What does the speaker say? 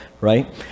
right